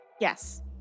Yes